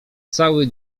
cały